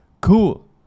cool